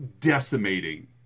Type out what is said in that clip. decimating